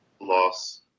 Loss